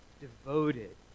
devoted